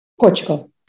Portugal